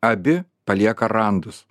abi palieka randus